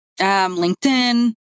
LinkedIn